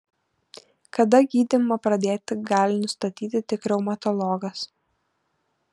kada gydymą pradėti gali nustatyti tik reumatologas